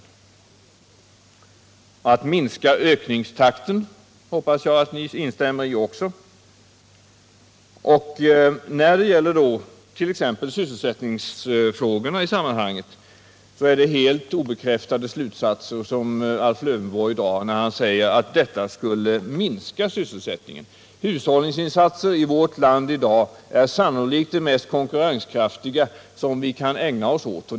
Jag hoppas att ni också instämmer i att det gäller att minska ökningstakten i förbrukningen. När det gäller t.ex. sysselsättningsfrågorna i sammanhanget kan det sägas att Alf Lövenborg drar helt obekräftade slutsatser när han säger, att detta skulle minska sysselsättningen. Det mest konkurrenskraftiga som vi i dag kan ägna oss åt i vårt land är hushållningsinsatser.